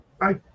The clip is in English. bye